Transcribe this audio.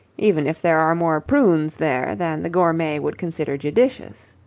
even if there are more prunes there than the gourmet would consider judicious.